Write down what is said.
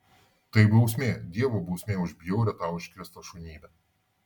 tai bausmė dievo bausmė už bjaurią tau iškrėstą šunybę